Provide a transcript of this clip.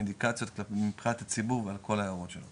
אינדיקציות מבחינת הציבור על כל ההערות שלו.